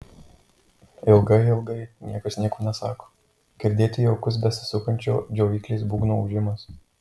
ilgai ilgai niekas nieko nesako girdėti jaukus besisukančio džiovyklės būgno ūžimas